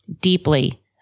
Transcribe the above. deeply